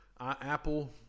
Apple